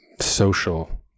social